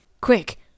Quick